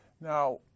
Now